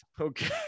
Okay